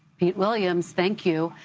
pete williams, thank you.